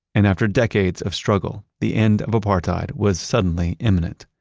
and after decades of struggle, the end of apartheid was suddenly imminent.